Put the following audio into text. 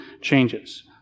changes